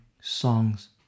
songs